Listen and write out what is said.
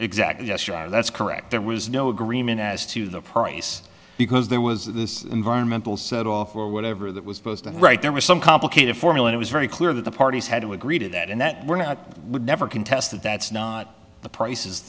exactly yes that's correct there was no agreement as to the price because there was this environmental set off or whatever that was supposed to write there was some complicated formula it was very clear that the parties had to agree to that and that we're not would never contest that that's not the prices